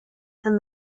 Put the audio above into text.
and